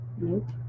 nope